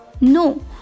No